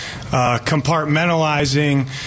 compartmentalizing